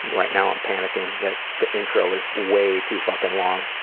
right now i'm panicking that the intro is way too fucking long,